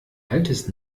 altes